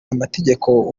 amategeko